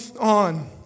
on